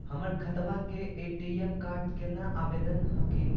हमर खतवा के ए.टी.एम कार्ड केना आवेदन हखिन?